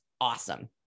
awesome